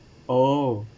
oh